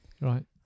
Right